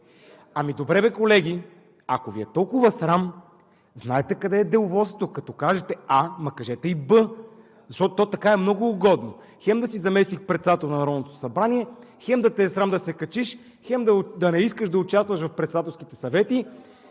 Ами добре бе, колеги, ако толкова Ви е срам, знаете къде е деловодството. Като кажете А, ма кажете и Б. Защото така е много угодно: хем да си заместник-председател на Народното събрание, хем да те е срам да се качиш, хем да не искаш да участваш в председателските съвети